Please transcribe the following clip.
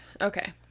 Okay